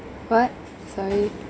what sorry